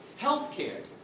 health care.